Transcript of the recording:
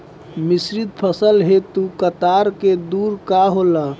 मिश्रित फसल हेतु कतार के दूरी का होला?